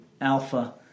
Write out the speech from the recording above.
alpha